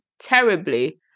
terribly